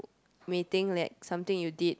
may think that something you did